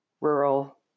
rural